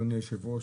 אדוני היושב-ראש,